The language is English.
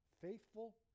Faithful